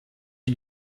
une